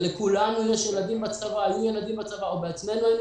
ולכולנו יש ילדים בצבא והיו ילדים בצבא או אנחנו בעצמנו היינו